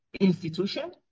institution